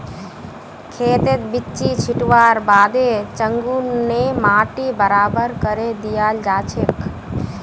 खेतत बिच्ची छिटवार बादे चंघू ने माटी बराबर करे दियाल जाछेक